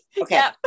Okay